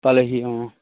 পালেহি অঁ